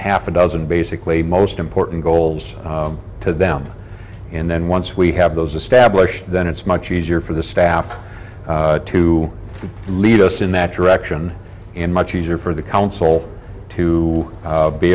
half a dozen basically most important goals to them and then once we have those established then it's much easier for the staff to lead us in that direction and much easier for the council to